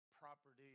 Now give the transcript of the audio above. property